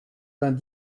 vingt